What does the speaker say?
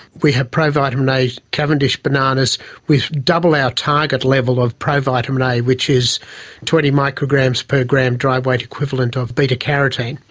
we have provitamin a cavendish bananas with double our target level of provitamin a, which is twenty micrograms per gram dry weight equivalent of beta-carotene.